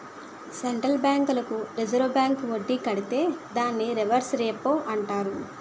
central బ్యాంకులకు reserve bank వడ్డీ కడితే దాన్ని రివర్స్ రెపో అంటారు